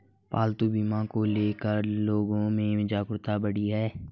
पालतू बीमा को ले कर लोगो में जागरूकता बढ़ी है